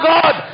God